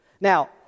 Now